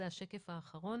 זה השקף האחרון